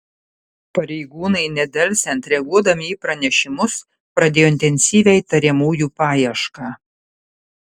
pareigūnai nedelsiant reaguodami į pranešimus pradėjo intensyvią įtariamųjų paiešką